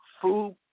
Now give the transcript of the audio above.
food